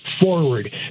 forward